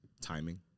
Timing